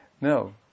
No